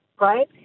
right